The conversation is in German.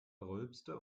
rülpste